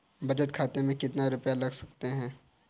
बचत खाते में कितना रुपया रख सकते हैं?